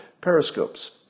periscopes